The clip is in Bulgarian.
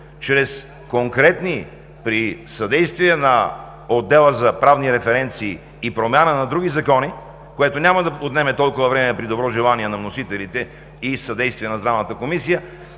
чрез конкретни действия при съдействие на отдела за правни референции и промяна на други закони, което няма да отнеме толкова време при добро желание на вносителите, и със съдействие на Здравната комисия,